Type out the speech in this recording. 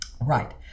Right